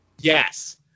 Yes